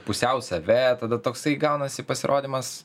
pusiau save tada toksai gaunasi pasirodymas